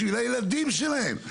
בשביל הילדים שלהם.